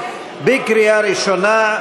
בקריאה ראשונה.